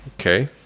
Okay